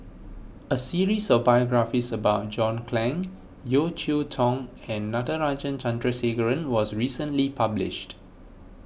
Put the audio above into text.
a series of biographies about John Clang Yeo Cheow Tong and Natarajan Chandrasekaran was recently published